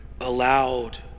allowed